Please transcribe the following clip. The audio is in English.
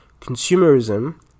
consumerism